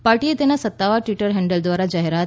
પાર્ટીએ તેના સત્તાવાર ટ્વિટર હેન્ડલ દ્વારા જાહેરાત